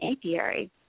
apiary